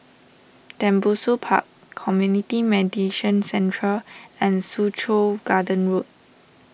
Tembusu Park Community Mediation Centre and Soo Chow Garden Road